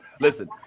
Listen